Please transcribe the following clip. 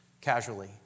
casually